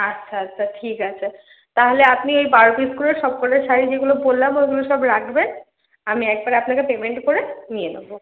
আচ্ছা আচ্ছা ঠিক আছে তাহলে আপনি ওই বারো পিস করে সবকটা শাড়ি যেগুলো বললাম ওইগুলো সব রাখবেন আমি একবারে আপনাকে পেমেন্ট করে নিয়ে নেব